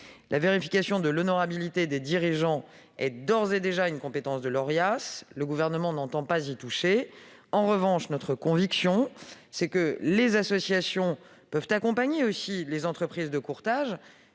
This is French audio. La vérification de l'honorabilité des dirigeants est d'ores et déjà une compétence de l'Orias, et le Gouvernement n'entend pas y toucher. En revanche, nous avons la conviction que les associations peuvent aussi accompagner les entreprises de courtage